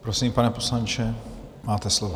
Prosím, pane poslanče, máte slovo.